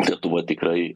lietuva tikrai